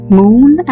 moon